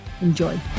enjoy